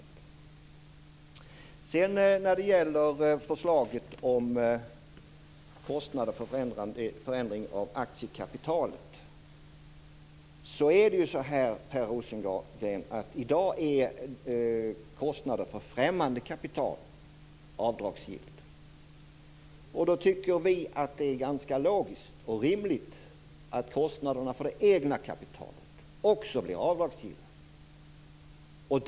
Per Rosengren talade sedan om förslaget om kostnader för förändring av aktiekapital. I dag är kostnader för främmande kapital avdragsgilla. Vi i majoriteten tycker därför att det är ganska logiskt och rimligt att kostnaderna för det egna kapitalet också blir avdragsgilla.